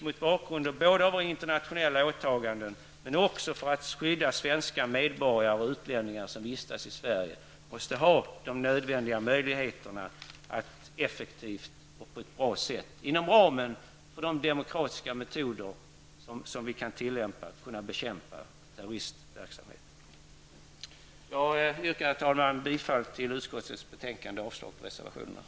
Mot bakgrund av våra internationella åtaganden men även i syfte att skydda svenska medborgare och utlänningar som vistas i Sverige måste vi därför ha de nödvändiga möjligheterna att effektivt och på ett bra sätt, inom ramen för de demokratiska metoder som kan tillämpas, kunna bekämpa terroristverksamhet. Jag yrkar, herr talman, bifall till utskottets hemställan och avslag på reservationerna.